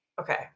Okay